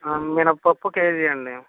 మినప్పప్పు కేజీ అండి